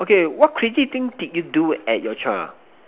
okay what crazy thing did you do at your child